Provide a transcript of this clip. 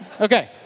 Okay